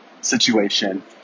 situation